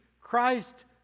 Christ